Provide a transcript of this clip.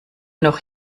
noch